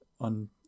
on